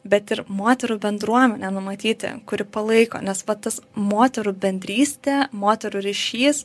bet ir moterų bendruomenę numatyti kuri palaiko nes va tas moterų bendrystė moterų ryšys